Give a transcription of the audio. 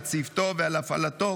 על צוותו ועל הפעלתו,